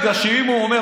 בגלל שאם הוא אומר,